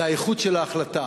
זה האיכות של ההחלטה.